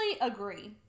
agree